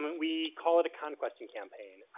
we call it a con question campaign.